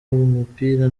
umupira